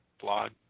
blog